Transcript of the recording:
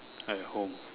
at home